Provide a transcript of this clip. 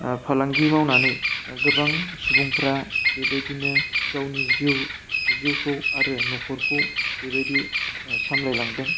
फालांगि मावनानै गोबां सुबुंफ्रा बेबायदिनो गावनि जिउ जिउखौ आरो नख'रखौ बेबायदि सामलायलांदों